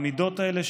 המידות האלה,